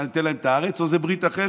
נותן להם את הארץ או שזאת ברית אחרת?